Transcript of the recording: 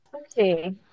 Okay